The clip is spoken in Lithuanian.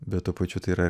bet tuo pačiu tai yra